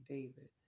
David